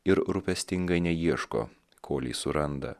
ir rūpestingai neieško kolei suranda